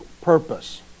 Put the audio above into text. purpose